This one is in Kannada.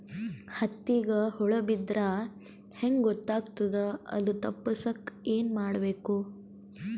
ಹತ್ತಿಗ ಹುಳ ಬಿದ್ದ್ರಾ ಹೆಂಗ್ ಗೊತ್ತಾಗ್ತದ ಅದು ತಪ್ಪಸಕ್ಕ್ ಏನ್ ಮಾಡಬೇಕು?